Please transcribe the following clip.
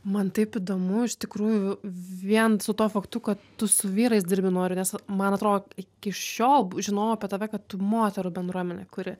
man taip įdomu iš tikrųjų vien su tuo faktu kad tu su vyrais dirbi noriu nes man atrodo iki šiol žinojau apie tave kad tu moterų bendruomenę kuri